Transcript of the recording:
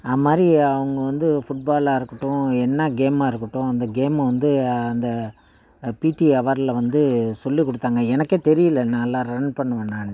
அதுமாரி அவங்க வந்து ஃபுட் பாலாக இருக்கட்டும் என்ன கேம்மாக இருக்கட்டும் அந்த கேம்மை வந்து அந்த பீடி அவரில் வந்து சொல்லிக் கொடுத்தாங்க எனக்கே தெரியலை நான் நல்லா ரன் பண்ணுவேன்னானுட்டு